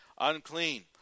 unclean